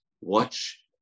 Watch